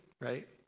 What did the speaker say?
right